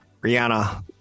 Rihanna